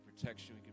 protection